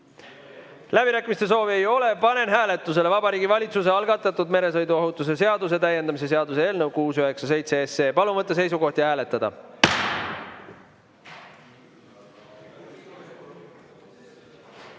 Läbirääkimiste soovi ei ole. Panen hääletusele Vabariigi Valitsuse algatatud meresõiduohutuse seaduse täiendamise seaduse eelnõu 697. Palun võtta seisukoht ja hääletada!